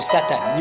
Satan